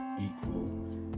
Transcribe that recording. equal